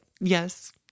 yes